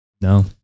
no